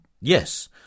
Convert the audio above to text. Yes